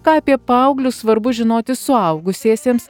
ką apie paauglius svarbu žinoti suaugusiesiems